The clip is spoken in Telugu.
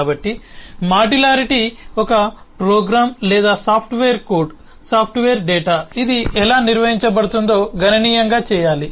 కాబట్టి మాడ్యులారిటీ ఒక ప్రోగ్రామ్ లేదా సాఫ్ట్వేర్ కోడ్ సాఫ్ట్వేర్ డేటా ఇది ఎలా నిర్వహించబడుతుందో గణనీయంగా చేయాలి